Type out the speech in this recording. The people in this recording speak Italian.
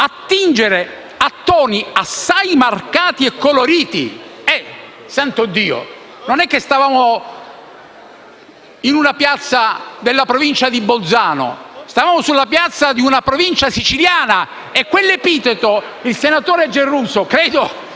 attingere a toni assai marcati e coloriti. Ricordo che non stavamo in una piazza della Provincia di Bolzano! Stavamo nella piazza di una Provincia siciliana e quell'epiteto il senatore Giarrusso credo